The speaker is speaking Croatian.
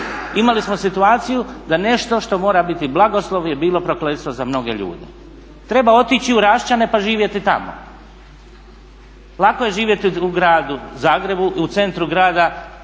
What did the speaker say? Imali smo situaciju da nešto što mora biti blagoslov je bilo prokletstvo za mnoge ljude. Treba otići u Raščane pa živjeti tamo. Lako je živjeti u gradu Zagrebu, u centru grada ili